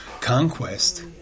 conquest